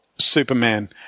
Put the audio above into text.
superman